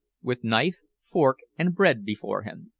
with knife, fork, and bread before him.